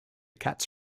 cats